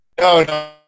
No